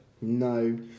No